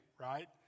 right